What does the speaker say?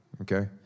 okay